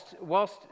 whilst